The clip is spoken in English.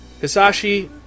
Hisashi